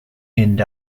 end